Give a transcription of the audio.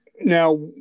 now